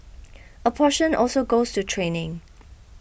a portion also goes to training